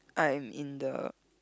I'm in the